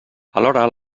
alhora